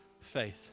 Faith